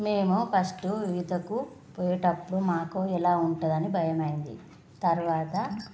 మేము ఫస్టు ఈతకు పోయేటప్పుడు మాకు ఎలా ఉంటుందా అని భయమయ్యింది తరువాత